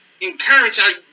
encourage